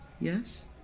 yes